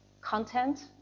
content